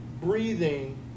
breathing